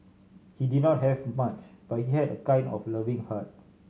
he did not have much but he had a kind and loving heart